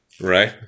right